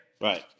Right